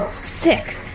sick